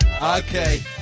Okay